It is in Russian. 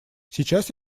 сейчас